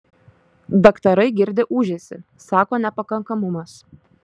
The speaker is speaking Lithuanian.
daktarai girdi ūžesį sako nepakankamumas